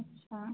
अच्छा